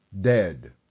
dead